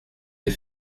des